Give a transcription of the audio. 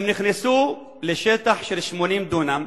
הם נכנסו לשטח של 80 דונם,